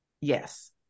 Yes